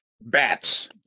Bats